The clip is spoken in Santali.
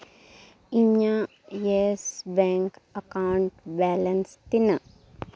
ᱤᱧᱟᱹᱜ ᱤᱭᱮᱥ ᱵᱮᱝᱠ ᱮᱠᱟᱣᱩᱱᱴ ᱵᱮᱞᱮᱱᱥ ᱛᱤᱱᱟᱹᱜ